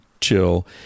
chill